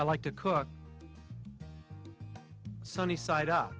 i like to cook sunny side up